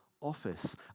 office